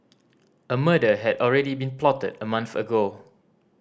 a murder had already been plotted a month ago